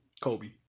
Kobe